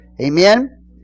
Amen